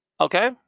Okay